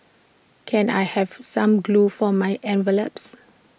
can I have some glue for my envelopes